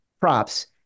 props